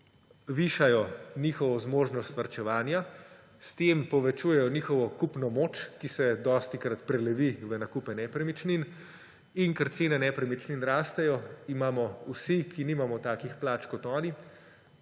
višajo njihovo zmožnost varčevanja, s tem povečujejo njihovo kupno moč, ki se dostikrat prelevi v nakupe nepremičnin, in ker cene nepremičnin rastejo, imamo vsi, ki nimamo takih plač kot oni,